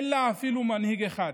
אין לה אפילו מנהיג אחד.